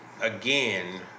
again